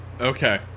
Okay